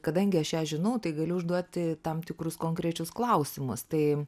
kadangi aš ją žinau tai galiu užduoti tam tikrus konkrečius klausimus tai